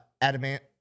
adamant